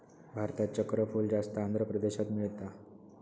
भारतात चक्रफूल जास्त आंध्र प्रदेशात मिळता